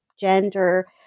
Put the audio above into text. gender